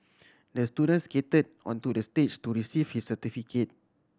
the student skated onto the stage to receive his certificate